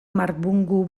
marbungu